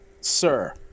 sir